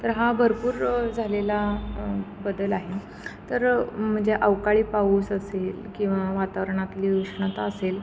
तर हा भरपूर झालेला बदल आहे तर म्हणजे अवकाळी पाऊस असेल किंवा वातावरणातली उष्णता असेल